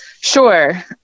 Sure